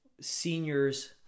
seniors